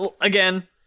again